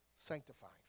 sanctifying